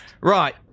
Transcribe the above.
Right